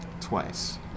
Twice